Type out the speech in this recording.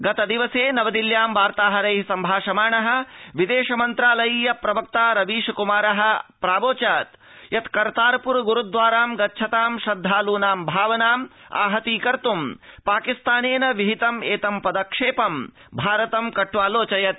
गतदिने नवदिल्ल्यां वार्ताहैरैः भाषमाणः विदेश मन्त्रालयीय प्रवक्ता रवीश कुमारः प्रावोचत् यत् करतास्पर गुरुद्वारां गच्छतां श्रद्धालूनां भावनां आहतीकर्तुं पाकिस्तानेन विहितं एतं पदक्षेपं भारतं कट्वालोचयति